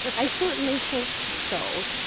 but i certainly hope so